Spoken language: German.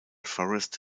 forest